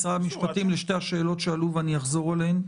המשפטים לשתי השאלות שעלו, ואני אחזור עליהן.